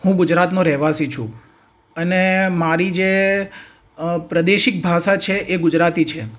હું ગુજરાતનો રહેવાસી છું અને મારી જે પ્રાદેશિક ભાષા છે એ ગુજરાતી છે